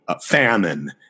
famine